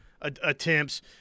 attempts